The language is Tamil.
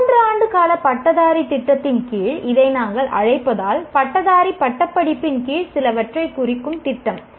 3 ஆண்டு கால பட்டதாரி திட்டத்தின் கீழ் இதை நாங்கள் அழைப்பதால் பட்டதாரி பட்டப்படிப்பின் கீழ் சிலவற்றைக் குறிக்கும் திட்டம்